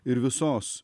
ir visos